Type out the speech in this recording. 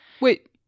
Wait